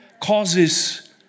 Causes